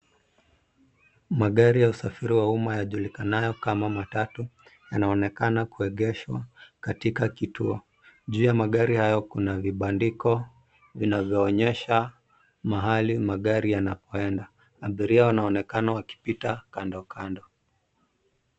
Magari ya usafiri wa umma yajulikanayo kama matatu yanaonekana kuegeshwa katika kituo. Juu ya magari hayo kuna vibandiko vinavyoonyesha mahali magari yanapoenda. Abiria wanaonekana wakipita kandokando.